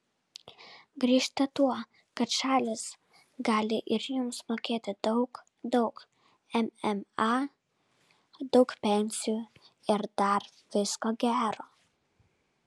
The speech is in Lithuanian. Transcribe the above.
grįžta tuo kad šalis gali ir jums mokėti daug daug mma daug pensijų ir dar visko gero